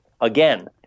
again